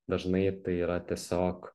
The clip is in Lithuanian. dažnai tai yra tiesiog